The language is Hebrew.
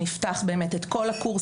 שנפתח את הקורסים,